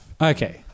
Okay